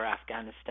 Afghanistan